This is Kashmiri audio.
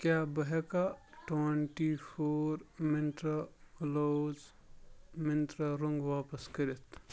کیٛاہ بہٕ ہیٚکا ٹُوینٹی فور منٛترٛا رۄنٛگ واپس کٔرِتھ